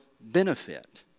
benefit